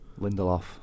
Lindelof